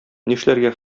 нишләргә